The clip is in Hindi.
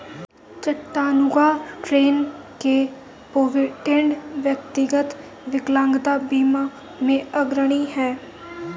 चट्टानूगा, टेन्न के प्रोविडेंट, व्यक्तिगत विकलांगता बीमा में अग्रणी हैं